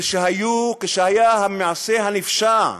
כשהיה המעשה הנפשע,